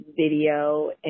video